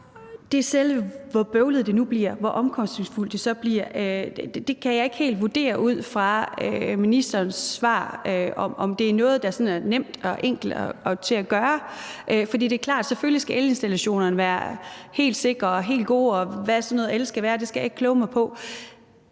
om, hvor bøvlet det nu bliver, og hvor omkostningsfuldt det så bliver. Jeg kan ikke helt vurdere ud fra ministerens svar, om det er noget, der er enkelt og nemt at gøre. For det er klart, at selvfølgelig skal alle installationerne være helt sikre og rigtig gode, og hvad sådan noget el skal være – det skal jeg ikke kloge mig på